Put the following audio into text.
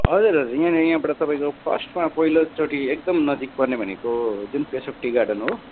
हजुर हजुर यहाँ नि यहाँबाट तपाईँको फर्स्टमा पहिलोचोटि एकदम नजिक पर्ने भनेको जुन पेसोक टी गार्डन हो